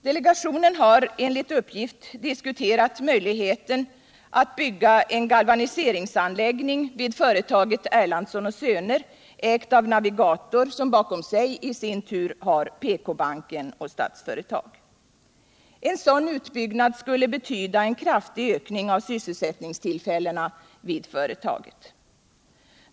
Delegationen har enligt uppgift diskuterat möjligheten att bygga en galvaniseringsanläggning vid företaget Erlandsson & Söner, ägt av Navigator, som bakom sig i sin tur har PK-banken och Statsföretag. En sådan utbyggnad skulle betyda en kraftig ökning av antalet sysselsättningstillfällen vid företaget.